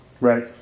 Right